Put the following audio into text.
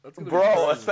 Bro